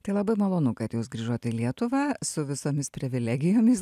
tai labai malonu kad jūs grįžot į lietuvą su visomis privilegijomis